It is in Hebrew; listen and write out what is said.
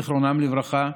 זיכרונם לברכה,